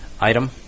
item